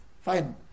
fine